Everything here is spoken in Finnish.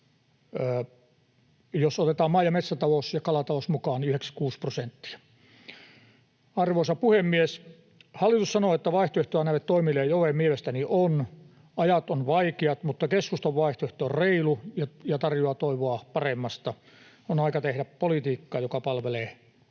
jos otetaan maa- ja metsätalous ja kalatalous mukaan, niin 96 prosenttia. Arvoisa puhemies! Hallitus sanoo, että vaihtoehtoa näille toimille ei ole. Mielestäni on. Ajat ovat vaikeat, mutta keskustan vaihtoehto on reilu ja tarjoaa toivoa paremmasta. On aika tehdä politiikkaa, joka palvelee